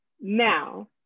Now